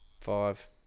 Five